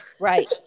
right